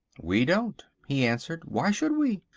we don't, he answered. why should we?